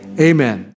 Amen